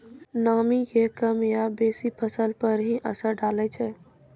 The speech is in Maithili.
नामी के कम या बेसी फसल पर की असर डाले छै?